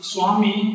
Swami